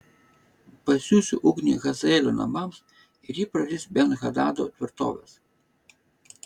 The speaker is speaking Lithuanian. pasiųsiu ugnį hazaelio namams ir ji praris ben hadado tvirtoves